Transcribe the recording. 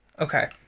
Okay